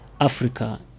Africa